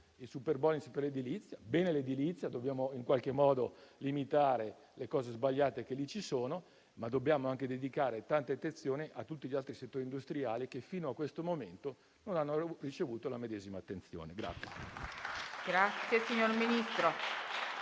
il superbonus per l'edilizia e bene l'edilizia, anche se dobbiamo in qualche modo limitare le cose sbagliate che ci sono, ma dobbiamo anche dedicare tanta attenzione a tutti gli altri settori industriali, che fino a questo momento non hanno ricevuto la medesima attenzione.